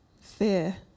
Fear